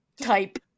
type